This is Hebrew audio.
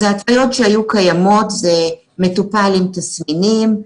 ההתוויות שהיו קיימות: מטופל עם תסמינים,